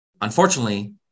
Unfortunately